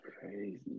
crazy